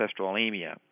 hypercholesterolemia